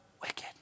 wicked